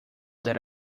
that